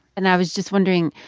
and i was just wondering,